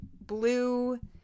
blue